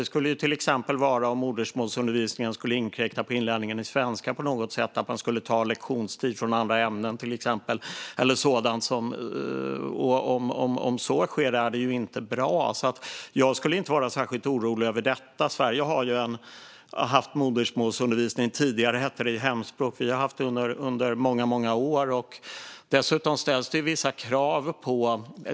Det skulle till exempel vara om modersmålsundervisningen skulle inkräkta på inlärningen av svenska på något sätt eller ta lektionstid från andra ämnen. Om så sker är det ju inte bra. Jag skulle inte vara särskilt orolig över detta. Sverige har ju haft modersmålsundervisning, som tidigare hette hemspråk, under många år. Dessutom ställs det vissa krav.